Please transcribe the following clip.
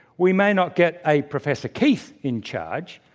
we may not get a professor keith in charge.